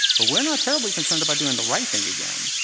but we're not terribly concerned about doing the right thing again.